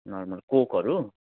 normal कोकहरू